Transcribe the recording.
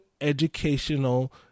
educational